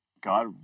God